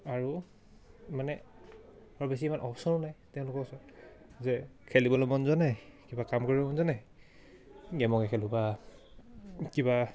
আৰু মানে আৰু বেছি ইমান অপশ্যনো নাই তেওঁলোকৰ ওচৰত যে খেলিবলৈ মন যোৱা নাই কিবা কাম কৰিব মন যোৱা নাই গেমকে খেলোঁ বা কিবা